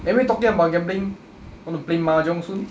anyway talking about gambling want to play mahjong soon